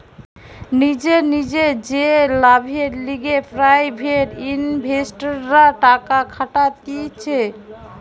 নিজের নিজের যে লাভের লিগে প্রাইভেট ইনভেস্টররা টাকা খাটাতিছে